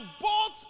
bought